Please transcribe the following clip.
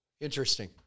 Interesting